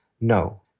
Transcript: No